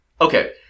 Okay